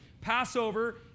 Passover